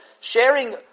sharing